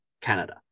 Canada